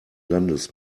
landes